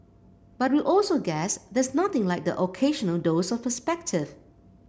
but we also guess there's nothing like the occasional dose of perspective